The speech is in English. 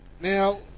Now